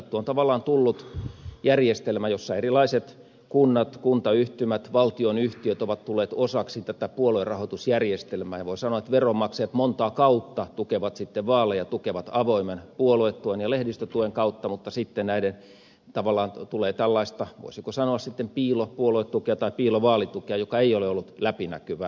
on tavallaan tullut järjestelmä jossa erilaiset kunnat kuntayhtymät valtionyhtiöt ovat tulleet osaksi tätä puoluerahoitusjärjestelmää ja voi sanoa että veronmaksajat monta kautta tukevat sitten vaaleja tukevat avoimen puoluetuen ja lehdistötuen kautta mutta sitten tulee tällaista voisiko sanoa piilopuoluetukea tai piilovaalitukea joka ei ole ollut läpinäkyvää